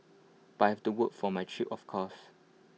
but I had to work for my trip of course